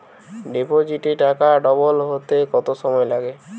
ডিপোজিটে টাকা ডবল হতে কত সময় লাগে?